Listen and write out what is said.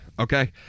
Okay